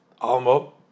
Almo